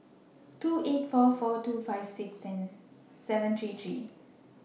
two eight four four two five six seven three three